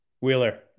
Wheeler